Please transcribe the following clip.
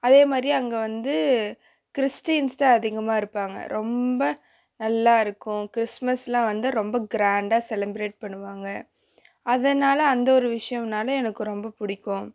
அதேமாதிரி அங்கே வந்து கிறிஸ்டின்ஸ் தான் அதிகமாக இருப்பாங்க ரொம்ப நல்லா இருக்கும் கிறிஸ்மஸ்ஸெலாம் வந்து ரொம்ப கிராண்ட்டாக செலிப்ரேட் பண்ணுவாங்க அதனால அந்த ஒரு விஷயம்னால் எனக்கு ரொம்ப பிடிக்கும்